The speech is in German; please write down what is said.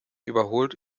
überholt